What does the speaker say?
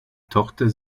tochter